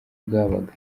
bwabaga